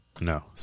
No